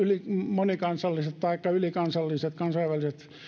monikansalliset taikka ylikansalliset kansainväliset